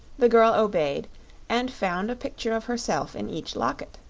the girl obeyed and found a picture of herself in each locket.